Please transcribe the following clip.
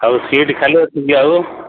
ହଉ ସିଟ୍ ଖାଲି ଅଛି କି ଆଉ